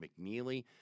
McNeely